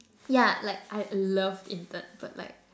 ya like I loved intern but like